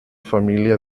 familia